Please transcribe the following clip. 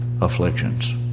afflictions